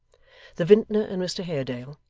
the vintner and mr haredale,